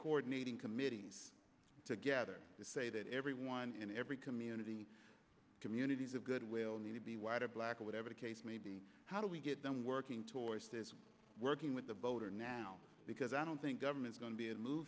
coordinating committees together to say that everyone in every community communities of goodwill need to be white or black or whatever the case may be how do we get them working towards working with the voter now because i don't think government's going to be and move